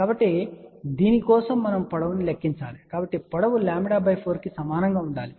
కాబట్టి దీని కోసం మనం పొడవును లెక్కించాలి కాబట్టి పొడవు λ 4 కు సమానంగా ఉండాలి